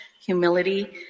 humility